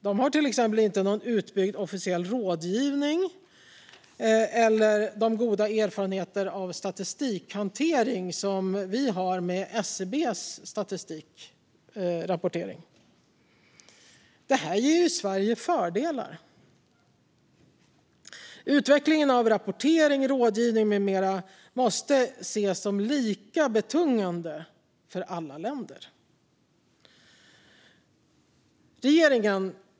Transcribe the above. De har till exempel inte någon utbyggd officiell rådgivning eller de goda erfarenheter av statistikhantering som vi i Sverige har i samband med SCB:s statistikrapportering. Det här ger ju Sverige fördelar. Utvecklingen av rapportering, rådgivning med mera måste ses som lika betungande för alla länder.